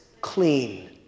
clean